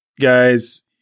guys